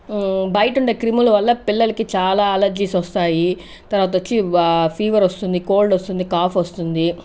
బయట ఉండే క్రిములు వల్ల పిల్లలకి చాలా అలర్జీస్ వస్తాయి తర్వాత వచ్చి ఫీవర్ వస్తుంది కోల్డ్ వస్తుంది కాఫ్ వస్తుంది